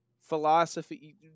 philosophy